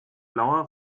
blauer